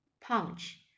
punch